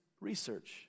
research